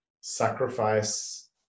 sacrifice